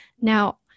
Now